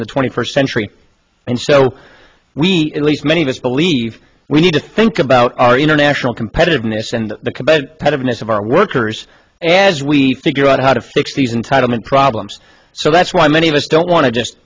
in the twenty first century and so least many of us believe we need to think about our international competitiveness and the comeback of our workers as we figure out how to fix these entitlement problems so that's why many of us don't want to just